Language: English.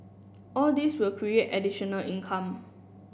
all these will create additional income